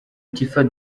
tiffah